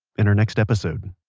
in our next episode